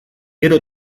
gero